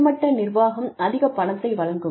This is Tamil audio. உயர்மட்ட நிர்வாகம் அதிகப் பணத்தை வழங்கும்